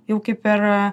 jau kaip ir